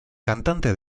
cantante